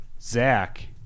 Zach